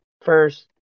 first